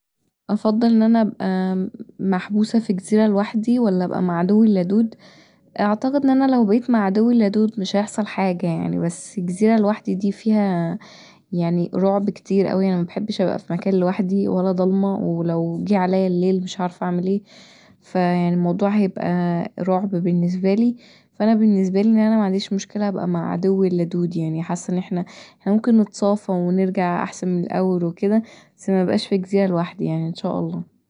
أفضل ان انا ابقي محبوسه في جزيرة لوحدي ولا ان انا ابقي مع عدوي اللدود اعتقد ان انا لو بقيت مع عدوي اللدود مش هيحصل حاجه يعني بس جزيره لوحدي دي يعني رعب كتير انا مبحبش ابقي في مكان لوحدي ولا ضلمه ولو جه عليا الليل مش عارفه اعمل ايه فيعني الموضوع هيبقي رعب بالنسبالي فأنا بالنسبالي ان انا معنديش مشكلة ابقي مع عدوي اللدود يعني حاسه ان احنا ممكن نتصافي ونرجع احسن من الأول وكدا بس مبقاش في جزيرة لوحدي يعني ان شاء الله